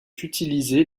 utiliser